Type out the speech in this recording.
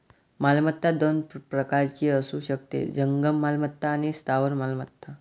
मालमत्ता दोन प्रकारची असू शकते, जंगम मालमत्ता आणि स्थावर मालमत्ता